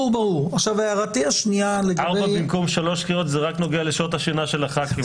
4 במקום 3 קריאות זה רק נוגע לשעות השינה של הח"כים,